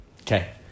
Okay